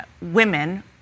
women